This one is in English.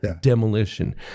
demolition